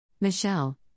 Michelle